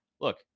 look